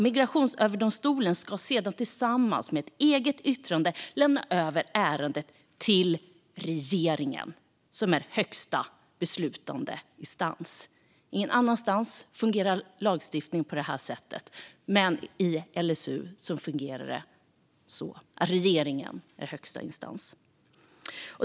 Migrationsöverdomstolen ska sedan tillsammans med ett eget yttrande lämna över ärendet till regeringen, som är högsta beslutande instans. Ingen annan lagstiftning fungerar på det här sättet, men LSU fungerar så att regeringen är högsta instans.